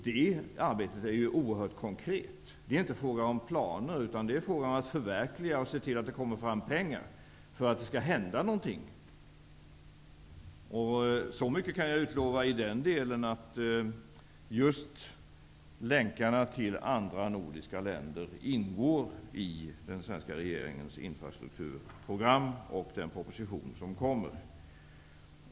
Det arbetet är oerhört konkret; det är inte fråga om planer, utan det är fråga om att förverkliga och se till att man får fram pengar för att det skall hända någonting. Så mycket kan jag utlova att just länkarna till andra nordiska länder ingår i den svenska regeringens infrastrukturprogram och den proposition som kommer.